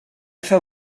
feu